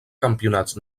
campionats